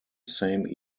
same